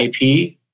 IP